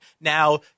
Now